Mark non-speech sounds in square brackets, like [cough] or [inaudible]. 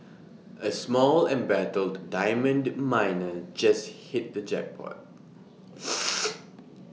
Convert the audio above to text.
[noise] A small embattled diamond miner just hit the jackpot [noise]